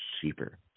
cheaper